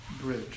bridge